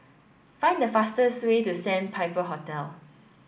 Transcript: find the fastest way to Sandpiper Hotel